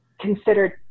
considered